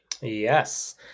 yes